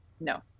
No